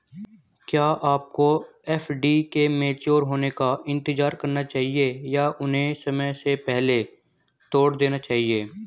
क्या आपको एफ.डी के मैच्योर होने का इंतज़ार करना चाहिए या उन्हें समय से पहले तोड़ देना चाहिए?